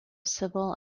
civil